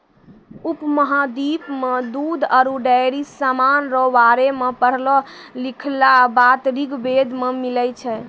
उपमहाद्वीप मे दूध आरु डेयरी समान रो बारे मे पढ़लो लिखलहा बात ऋग्वेद मे मिलै छै